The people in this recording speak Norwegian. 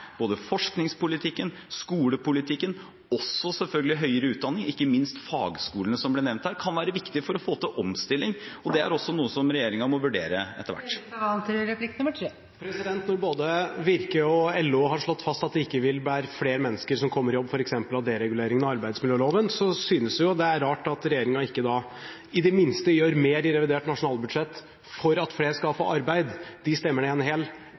både forskningspolitikken og skolepolitikken. Og så kan selvfølgelig høyere utdanning – ikke minst fagskolene, som ble nevnt her, være viktige for å få til omstilling. Det er også noe som regjeringen må vurdere etter hvert. Når både Virke og LO har slått fast at det ikke vil være flere mennesker som kommer i jobb f.eks. på grunn av dereguleringen av arbeidsmiljøloven, synes jeg det er rart at regjeringen ikke i det minste gjør mer i revidert nasjonalbudsjett for at flere skal få arbeid. Regjeringspartiene stemmer ned en hel